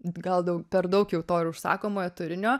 gal daug per daug jau to ir užsakomojo turinio